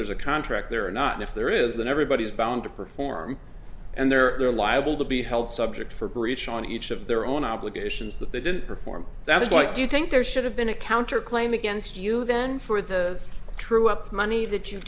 there's a contract there or not if there is then everybody is bound to perform and they're liable to be held subject for breach on each of their own obligations that they didn't perform that's why do you think there should have been a counter claim against you then for the true up money that you